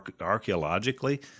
Archaeologically